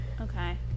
Okay